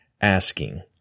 asking